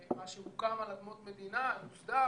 שמה שהוקם על אדמות מדינה יוסדר.